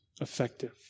effective